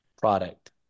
product